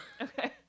Okay